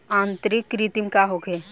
आंतरिक कृमि का होखे?